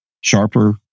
sharper